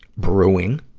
brewing!